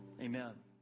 amen